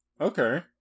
Okay